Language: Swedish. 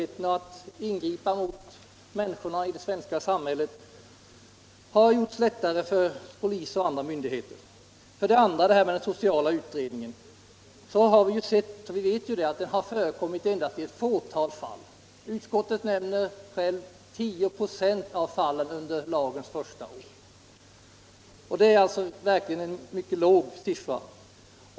Polis och andra myndigheter har genom den lagen fått ökade möjligheter att ingripa mot människorna i det svenska samhället. När det gäller den andra punkten vet vi att social utredning företagits endast i ett fåtal fall. Utskottet säger självt att det under lagens första år skett i 10 ?4 av fallen. Det är alltså en mycket låg siffra.